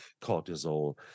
cortisol